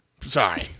Sorry